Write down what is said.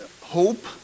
hope